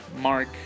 Mark